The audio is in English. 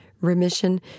Remission